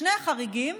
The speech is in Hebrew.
שני החריגים: